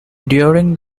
during